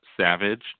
Savage